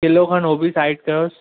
kilo खनि उहो बि साइड कयोसि